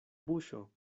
buŝo